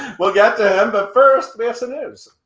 we'll get to him but first, we have some news.